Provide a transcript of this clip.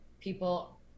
people